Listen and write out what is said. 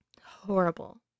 Horrible